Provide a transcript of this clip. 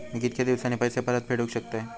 मी कीतक्या दिवसांनी पैसे परत फेडुक शकतय?